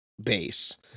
base